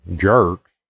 jerks